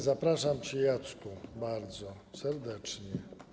Zapraszam cię, Jacku, bardzo serdecznie.